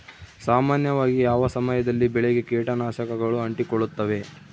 ಸಾಮಾನ್ಯವಾಗಿ ಯಾವ ಸಮಯದಲ್ಲಿ ಬೆಳೆಗೆ ಕೇಟನಾಶಕಗಳು ಅಂಟಿಕೊಳ್ಳುತ್ತವೆ?